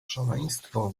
szaleństwo